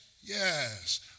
Yes